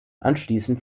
anschließend